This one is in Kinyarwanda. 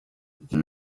ibyo